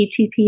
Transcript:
ATP